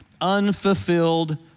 unfulfilled